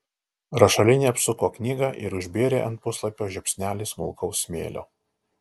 rašalinė apsuko knygą ir užbėrė ant puslapio žiupsnelį smulkaus smėlio